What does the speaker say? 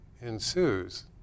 ensues